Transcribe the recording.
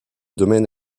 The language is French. domaine